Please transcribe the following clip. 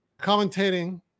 commentating